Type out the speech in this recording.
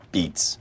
Beats